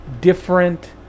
different